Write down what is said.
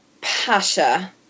pasha